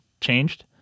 changed